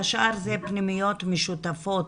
והשאר זה פנימיות משותפות.